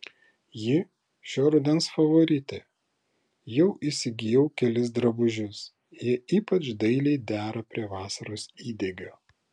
ji šio rudens favoritė jau įsigijau kelis drabužius jie ypač dailiai dera prie vasaros įdegio